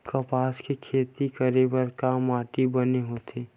कपास के खेती करे बर का माटी बने होथे?